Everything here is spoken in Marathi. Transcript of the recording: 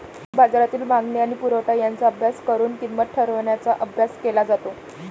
बाजारातील मागणी आणि पुरवठा यांचा अभ्यास करून किंमत ठरवण्याचा अभ्यास केला जातो